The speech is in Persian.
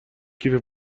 کیف